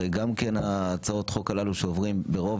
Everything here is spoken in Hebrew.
הרי גם כן הצעות החוק הללו שעוברים ברוב,